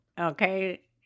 okay